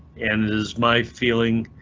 and is my feeling.